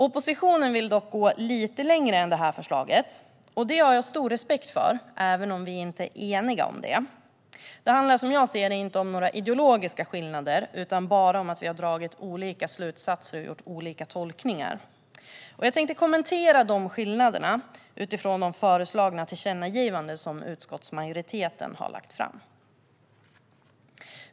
Oppositionen vill dock gå lite längre än detta förslag. Det har jag stor respekt för, även om vi inte är eniga om det. Som jag ser det handlar det inte om några ideologiska skillnader, utan bara om att vi har dragit olika slutsatser och gjort olika tolkningar. Jag tänkte kommentera dessa skillnader utifrån de föreslagna tillkännagivanden som utskottsmajoriteten har lagt fram.